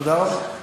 תודה רבה.